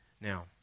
Now